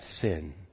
sin